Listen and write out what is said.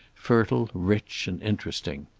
fertile, rich and interesting.